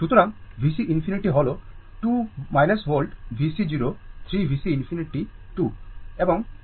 সুতরাং VC ∞ হল 2 volt VC 0 3 VC ∞ 2 এবং e পাওয়ার 2000 t